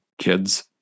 kids